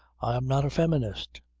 i am not a feminist.